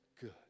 good